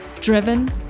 driven